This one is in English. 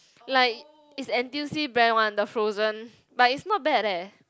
like it's N_T_U_C brand one the frozen but it's not bad leh